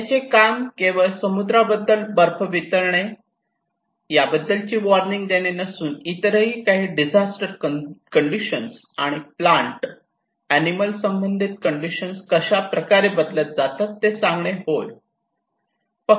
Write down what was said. याचे काम केवळ समुद्राबद्दल आणि बर्फ वितळणे बद्दल वार्निंग देणे नसून इतरही काही डिझास्टर कंडिशन आणि प्लांट ऍनिमल संबंधित कंडिशन कशा बदलत जातात ते सांगणे होय